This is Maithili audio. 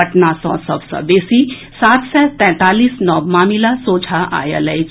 पटना सँ सभ सँ बेसी सात सय तैंतालीस नव मामिला सोझा आएल अछि